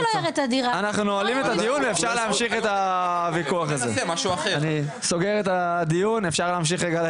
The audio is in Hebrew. אפשר להמשיך את הוויכוח הזה אבל אנחנו נועלים את הדיון.